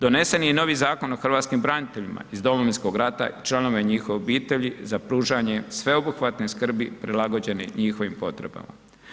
Donesen je i novi Zakon o hrvatskim braniteljima iz Domovinskog rata i članova njihovih obitelji za pružanje sveobuhvatne skrbi prilagođene njihovim potrebama.